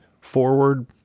forward